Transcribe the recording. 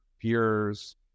peers